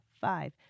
five